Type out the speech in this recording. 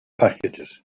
packages